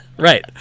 Right